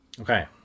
Okay